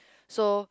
so